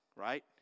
right